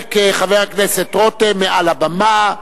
ינמק חבר הכנסת רותם מעל הבמה.